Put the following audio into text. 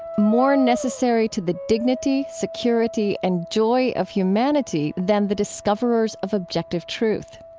more necessary to the dignity, security and joy of humanity than the discoverers of objective truth.